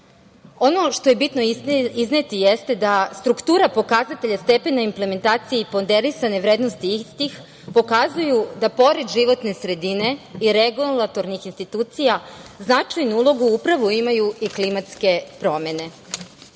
što je bitno izneti jeste da struktura pokazatelja stepena implementacije i ponderisane vrednosti istih pokazuju da pored životne sredine i regulatornih institucija, značajnu ulogu upravo imaju i klimatske promene. Nakon